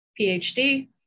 PhD